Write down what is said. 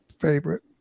favorite